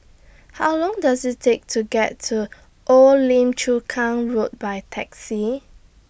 How Long Does IT Take to get to Old Lim Chu Kang Road By Taxi